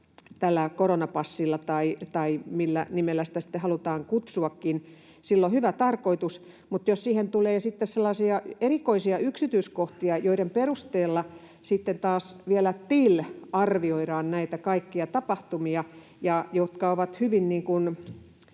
tällä koronapassilla, tai millä nimellä sitä sitten halutaankin kutsua. Sillä on hyvä tarkoitus, mutta jos siihen tulee sitten sellaisia erikoisia yksityiskohtia, joiden perusteella sitten taas vielä ”till” arvioidaan näitä kaikkia tapahtumia ja jotka ovat hyvin